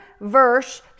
verse